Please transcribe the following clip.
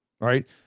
right